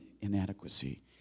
inadequacy